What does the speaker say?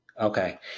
Okay